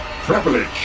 Privilege